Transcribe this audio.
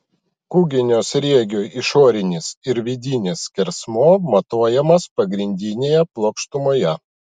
kūginio sriegio išorinis ir vidinis skersmuo matuojamas pagrindinėje plokštumoje